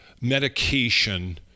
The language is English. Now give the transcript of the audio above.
medication